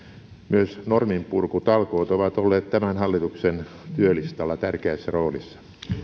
myös norminpurkutalkoot ovat olleet tämän hallituksen työlistalla tärkeässä roolissa